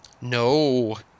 No